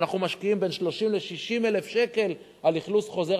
אנחנו משקיעים בין 30,000 ל-60,000 שקל על אכלוס חוזר,